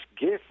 gift